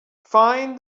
fine